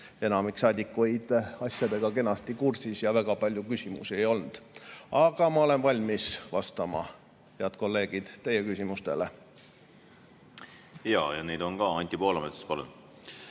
enamik saadikuid, asjadega kenasti kursis, seega väga palju küsimusi ei olnud. Aga ma olen valmis vastama, head kolleegid, teie küsimustele. Ja neid on ka. Anti Poolamets, palun!